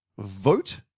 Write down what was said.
Vote